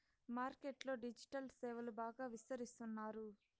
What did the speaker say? market లో digital సేవలు బాగా విస్తరిస్తున్నారు